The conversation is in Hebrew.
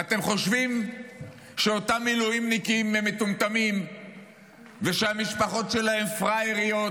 ואתם חושבים שאותם מילואימניקים הם מטומטמים ושהמשפחות שלהם פראייריות